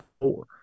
four